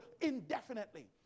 indefinitely